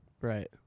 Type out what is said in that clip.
Right